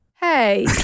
Hey